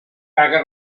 caga